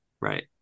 Right